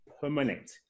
permanent